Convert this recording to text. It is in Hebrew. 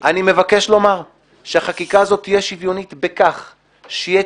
אני מבקש לומר שהחקיקה הזאת תהיה שוויונית בכך שיהיה